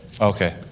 Okay